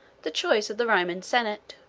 the choice of the roman senate.